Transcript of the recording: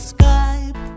Skype